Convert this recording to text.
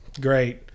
great